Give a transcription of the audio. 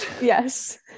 Yes